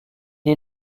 est